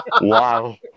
wow